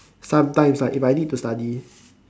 sometimes right if I need to study